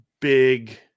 big